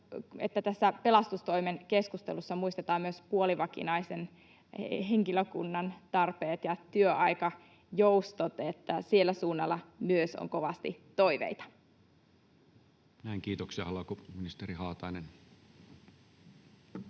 tässä pelastustoimen keskustelussa muistetaan myös puolivakinaisen henkilökunnan tarpeet ja työaikajoustot. Myös siellä suunnalla on kovasti toiveita. [Speech 185] Speaker: Toinen